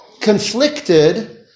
conflicted